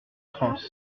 france